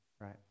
right